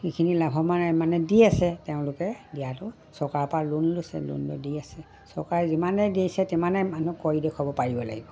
সেইখিনি লাভৱান মানে দি আছে তেওঁলোকে দিয়াটো চৰকাৰৰ পৰা লোন লৈছে লোনটো দি আছে চৰকাৰে যিমানেই দিছে তিমানেই মানুহ কৰি দেখুৱাব পাৰিব লাগিব